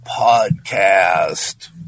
Podcast